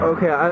Okay